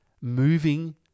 Moving